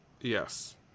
Yes